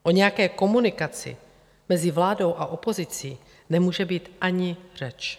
O nějaké komunikaci mezi vládou a opozicí nemůže být ani řeč.